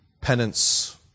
penance